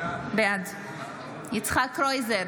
בעד יצחק קרויזר,